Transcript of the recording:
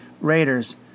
Raiders